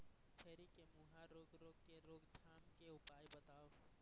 छेरी के मुहा रोग रोग के रोकथाम के उपाय बताव?